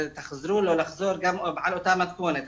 והחזרה או לא חזרה היא באותה מתכונת.